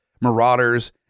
marauders